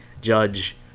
judge